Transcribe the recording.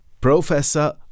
professor